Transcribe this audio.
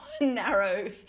narrow